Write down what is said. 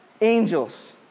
Angels